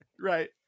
Right